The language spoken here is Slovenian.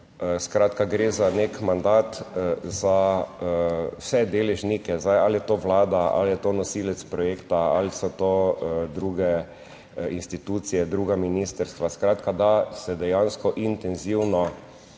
Skratka, gre za nek mandat za vse deležnike, zdaj ali je to vlada ali je to nosilec projekta ali so to druge institucije, druga ministrstva, skratka, da se dejansko intenzivno